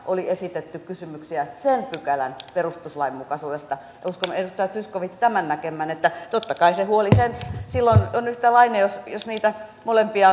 oli esitetty kysymyksiä sen pykälän perustuslainmukaisuudesta uskon edustaja zyskowicz että pystytte tämän näkemään että totta kai se huoli silloin on yhtäläinen jos niitä molempia